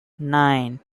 nine